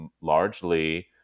largely